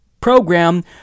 program